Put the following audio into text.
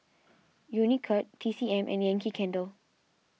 Unicurd T C M and Yankee Candle